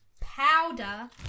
powder